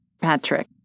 Patrick